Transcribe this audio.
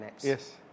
Yes